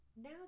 Now